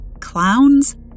Clowns